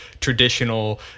traditional